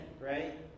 right